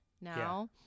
now